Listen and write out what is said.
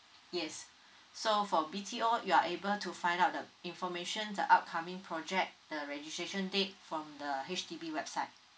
yes so for B_T_O you are able to find out the information the upcoming project the registration date from the H_D_B website